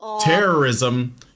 terrorism